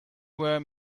were